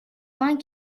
vingt